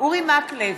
אורי מקלב,